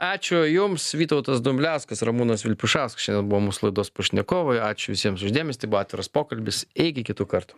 ačiū jums vytautas dumbliauskas ramūnas vilpišauskas šiandien buvo mūsų laidos pašnekovai ačiū visiems už dėmesį tai buvo atviras pokalbis iki kitų kartų